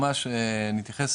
ממש נתייחס,